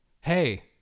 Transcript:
hey